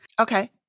Okay